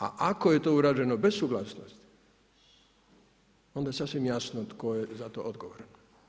A ako je to urađeno bez suglasnosti onda je sasvim jasno tko je za to odgovoran.